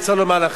זה הכול עלילה,